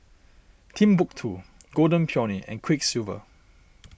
Timbuk two Golden Peony and Quiksilver